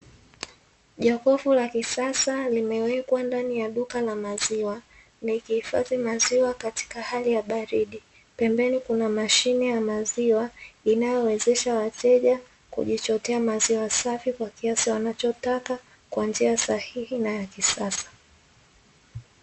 Jokofu la kisasa limewekwa ndani ya duka la maziwa likihifadhi maziwa katika hali ya baridi, pembeni kuna mashine ya maziwa inayowezesha wateja kujichotea maziwa safi kwa kiasi wanachotaka kwa njia sahihi na ya kisasa.